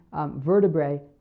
vertebrae